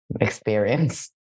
experience